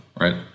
right